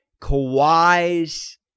Kawhi's